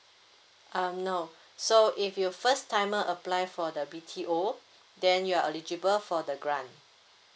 um no so if you first timer apply for the B_T_O then you are eligible for the grant